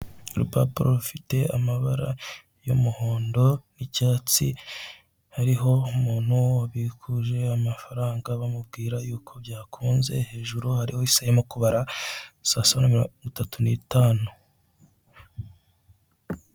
Urupapuro rufite amabara y'umuhondo n'icyatsi hariho umuntu wabikuje amafaranga bamubwira yuko byakunze, hejuru hariho isaha irimo kubara saa saba na mirongo itatu n'itanu.